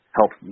help